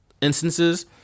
instances